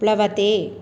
प्लवते